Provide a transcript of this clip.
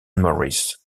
morris